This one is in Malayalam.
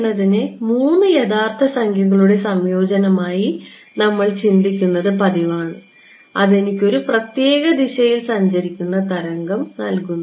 എന്നതിനെ മൂന്ന് യഥാർത്ഥ സംഖ്യകളുടെ സംയോജനമായി ഞങ്ങൾ ചിന്തിക്കുന്നത് പതിവാണ് അത് എനിക്ക് ഒരു പ്രത്യേക ദിശയിൽ സഞ്ചരിക്കുന്ന തരംഗം നൽകുന്നു